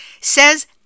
says